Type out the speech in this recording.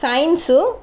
science